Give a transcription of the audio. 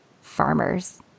farmers